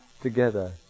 together